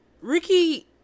Ricky